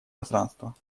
пространство